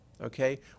Okay